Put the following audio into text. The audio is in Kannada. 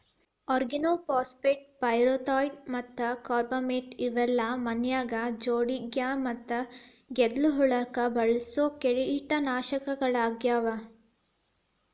ಆರ್ಗನೋಫಾಸ್ಫೇಟ್, ಪೈರೆಥ್ರಾಯ್ಡ್ ಮತ್ತ ಕಾರ್ಬಮೇಟ್ ಇವೆಲ್ಲ ಮನ್ಯಾಗ ಜೊಂಡಿಗ್ಯಾ ಮತ್ತ ಗೆದ್ಲಿ ಹುಳಕ್ಕ ಬಳಸೋ ಕೇಟನಾಶಕಗಳಾಗ್ಯಾವ